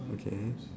okay